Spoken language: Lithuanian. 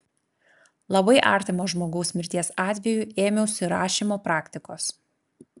labai artimo žmogaus mirties atveju ėmiausi rašymo praktikos